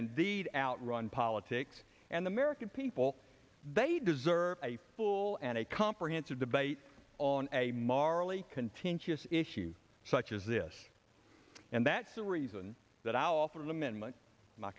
indeed outrun politics and the american people they deserve a full and comprehensive debate on a marly contentious issue such as this and that's the reason that i offered an amendment my